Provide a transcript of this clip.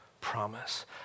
promise